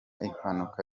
impanuka